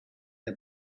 der